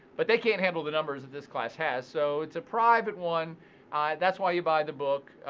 but they can't handle the numbers that this class has. so it's a private one that's why you buy the book,